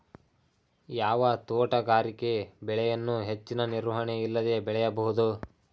ಯಾವ ತೋಟಗಾರಿಕೆ ಬೆಳೆಯನ್ನು ಹೆಚ್ಚಿನ ನಿರ್ವಹಣೆ ಇಲ್ಲದೆ ಬೆಳೆಯಬಹುದು?